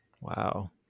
Wow